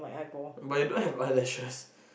but you don't have eyelashes